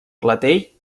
clatell